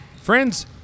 Friends